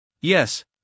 Yes